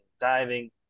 diving